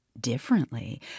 differently